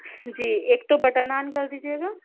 جی ایک تو بٹر نان کر دیجیے گا